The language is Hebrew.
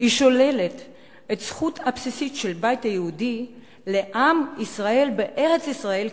שוללת את הזכות הבסיסית של הבית היהודי לעם ישראל בארץ-ישראל,